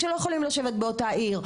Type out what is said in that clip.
שלא יכולות לשבת באותה עיר",